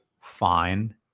fine